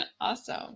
Awesome